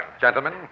Gentlemen